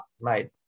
mate